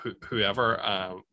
whoever